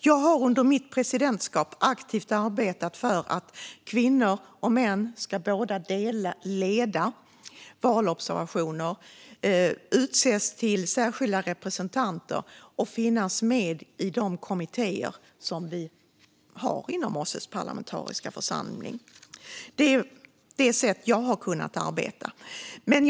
Jag har under mitt presidentskap aktivt arbetat för att både kvinnor och män ska leda valobservationer, utses till särskilda representanter och finnas med i de kommittéer som vi har inom OSSE:s parlamentariska församling. Det är det sätt jag har kunnat arbeta på.